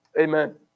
Amen